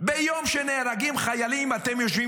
ביום שבו נהרגים חיילים אתם יושבים